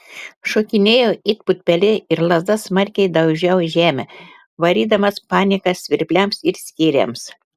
šokinėjau it putpelė ir lazda smarkiai daužiau žemę varydamas paniką svirpliams ir skėriams